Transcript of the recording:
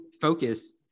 focus